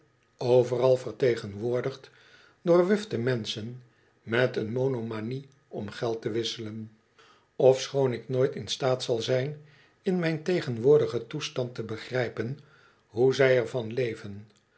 calaisoveral vertegenwoordigd door wufte menschen met een monomanie om geld te wisselen ofschoon ik nooit in staat zal zijn in mijn tegenwoordigen toestand te begrijpen hoe zij er van leven